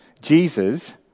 Jesus